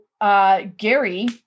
Gary